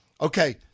Okay